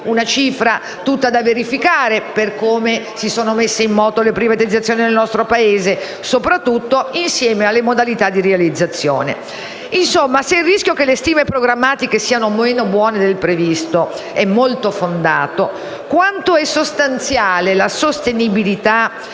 una cifra tutta da verificare, per come si sono messe in moto le privatizzazioni nel nostro Paese, soprattutto insieme alle modalità di realizzazione. Insomma, se il rischio che le stime programmatiche siano meno buone del previsto è molto fondato, quanto è sostanziale la sostenibilità